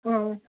অ